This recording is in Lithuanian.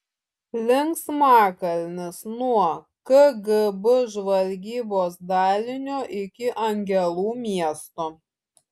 linksmakalnis nuo kgb žvalgybos dalinio iki angelų miesto